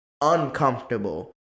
uncomfortable